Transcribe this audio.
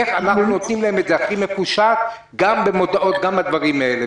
איך אנחנו נותנים להם את זה הכי מפושט גם במודעות בדברים האלה,